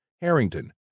Harrington